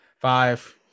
Five